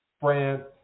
France